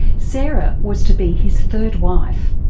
sarah was to be his third wife.